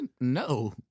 No